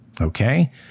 Okay